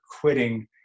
quitting